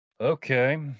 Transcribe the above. Okay